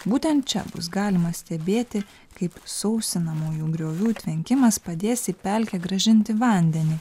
būtent čia bus galima stebėti kaip sausinamųjų griovių tvenkimas padės į pelkę grąžinti vandenį